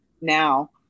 now